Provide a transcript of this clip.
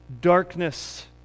darkness